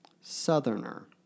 southerner